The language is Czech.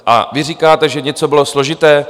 A vy říkáte, že něco bylo složité?